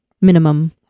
minimum